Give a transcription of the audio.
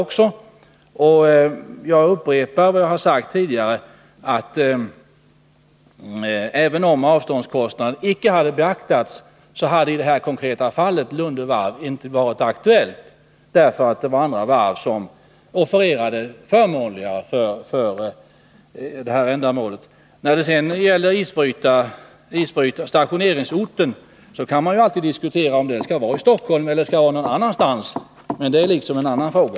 Och jag upprepar vad jag har sagt tidigare, nämligen att även om avståndskostnaden icke hade beaktats, hade i detta konkreta fall Lunde Varv icke varit aktuellt, eftersom andra varv offererade förmånligare anbud för detta ändamål. När det sedan gäller stationeringsorten kan man alltid diskutera om den skall vara Stockholm eller någon annan ort, men det är liksom en annan fråga.